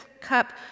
cup